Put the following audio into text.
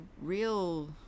real